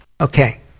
okay